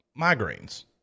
migraines